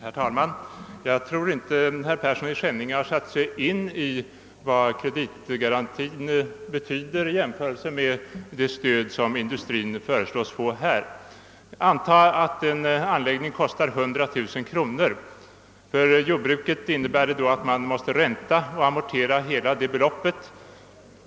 Herr talman! Jag tror inte att herr Persson i Skänninge har satt sig in i vad kreditgarantin betyder i jämförelse med det stöd industrin här föreslås få. Anta att en anläggning kostar 100 000 kronor. För jordbrukaren betyder det att ha måste ränta och amortera hela detta belopp.